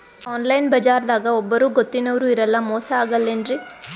Online ಬಜಾರದಾಗ ಒಬ್ಬರೂ ಗೊತ್ತಿನವ್ರು ಇರಲ್ಲ, ಮೋಸ ಅಗಲ್ಲೆನ್ರಿ?